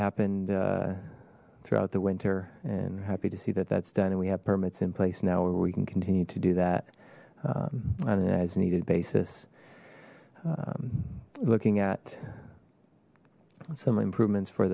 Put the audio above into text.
happened throughout the winter and happy to see that that's done and we have permits in place now where we can continue to do that on an as needed basis looking at some improvements for